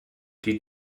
die